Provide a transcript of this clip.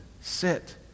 Sit